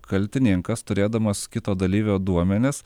kaltininkas turėdamas kito dalyvio duomenis